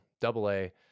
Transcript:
Double-A